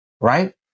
right